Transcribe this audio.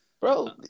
Bro